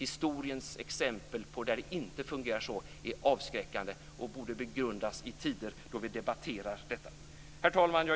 Historiens exempel på när det inte fungerar så är avskräckande och borde begrundas i tider då vi debatterar detta. Herr talman!